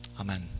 Amen